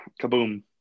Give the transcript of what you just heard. Kaboom